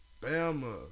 Bama